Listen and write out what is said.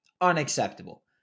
Unacceptable